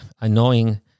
annoying